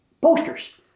posters